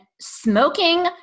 smoking